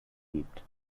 gibt